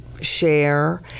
share